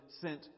sent